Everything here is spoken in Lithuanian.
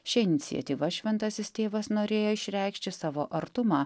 šia iniciatyva šventasis tėvas norėjo išreikšči savo artumą